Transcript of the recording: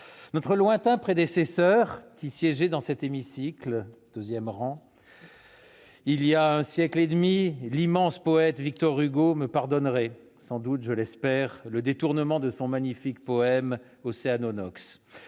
Notre lointain prédécesseur, qui siégeait dans cet hémicycle il y a un siècle et demi, l'immense poète Victor Hugo, me pardonnerait, je l'espère, le détournement de son magnifique poème.